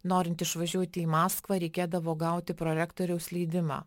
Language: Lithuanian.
norint išvažiuoti į maskvą reikėdavo gauti prorektoriaus leidimą